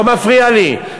לא מפריע לי.